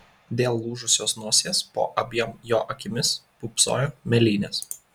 dėl lūžusios nosies po abiem jo akimis pūpsojo mėlynės